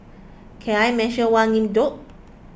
can I mention one though